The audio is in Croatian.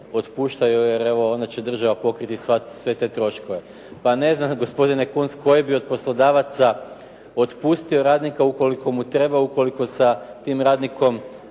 evo onda će država pokriti sve te troškove. Pa ne znam gospodine Kunst koji bi od poslodavaca otpustio radnika ukoliko mu treba, ukoliko sa tim radnikom